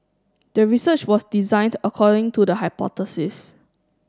the research was designed according to the hypothesis